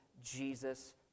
Jesus